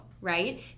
right